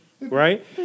Right